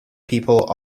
people